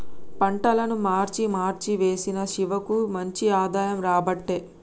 పంటలను మార్చి మార్చి వేశిన శివకు మంచి ఆదాయం రాబట్టే